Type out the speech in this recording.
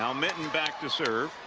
um minten back to serve.